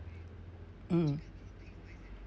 mm